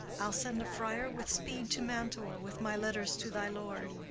i'll send a friar with speed to mantua, with my letters to thy lord.